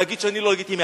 להגיד שאני לא לגיטימי.